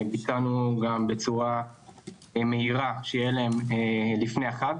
ביצענו גם בצורה מהירה שיהיה להם לפני החג,